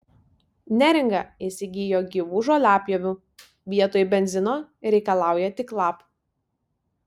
neringa įsigijo gyvų žoliapjovių vietoj benzino reikalauja tik lapų